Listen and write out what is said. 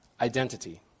identity